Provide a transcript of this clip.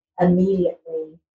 immediately